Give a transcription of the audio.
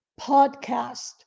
podcast